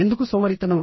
ఎందుకు సోమరితనం